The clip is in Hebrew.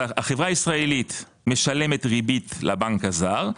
החברה הישראלית משלמת ריבית לבנק הזר.